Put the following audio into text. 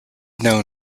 known